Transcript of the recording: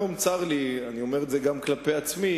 צר לי, היום, ואני אומר את זה גם כלפי עצמי,